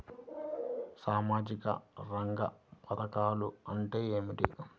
సామాజిక రంగ పధకాలు అంటే ఏమిటీ?